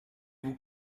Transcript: vous